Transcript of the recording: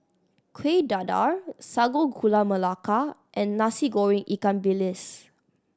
Kueh Dadar Sago Gula Melaka and Nasi Goreng ikan bilis